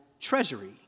treasury